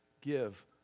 give